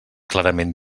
clarament